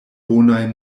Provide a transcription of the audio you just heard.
bonaj